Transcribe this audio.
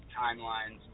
Timelines